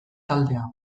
taldea